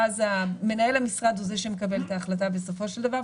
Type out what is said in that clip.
ואז מנהל המשרד הוא זה שמקבל את ההחלטה בסופו של דבר,